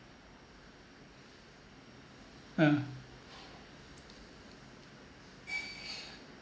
uh